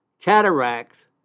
cataracts